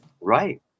Right